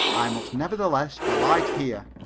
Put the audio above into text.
i must nevertheless alight here.